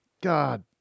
God